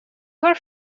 her